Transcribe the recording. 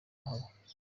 haba